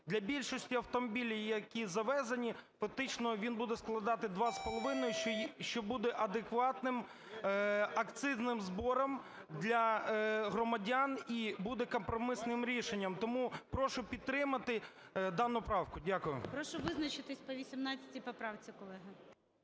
Для більшості автомобілів, які завезені, фактично він буде складати 2,5, що буде адекватним акцизним збором для громадян і буде компромісним рішенням. Тому прошу підтримати дану правку. Дякую. ГОЛОВУЮЧИЙ. Прошу визначитись по 18 поправці, колеги.